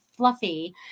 fluffy